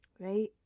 Right